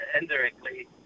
indirectly